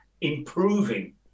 improving